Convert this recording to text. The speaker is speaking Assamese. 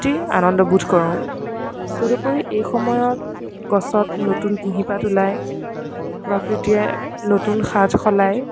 অতি আনন্দবোধ কৰোঁ তদুপৰি এই সময়ত গছত নতুন কুঁহিপাত ওলায় প্ৰকৃতিয়ে নতুন সাজ সলাই